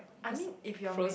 I mean if you're make